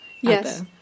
Yes